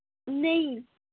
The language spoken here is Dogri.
नेईं